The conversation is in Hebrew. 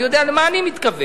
אני יודע למה אני מתכוון.